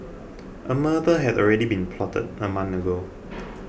a murder had already been plotted a month ago